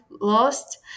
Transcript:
lost